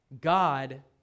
God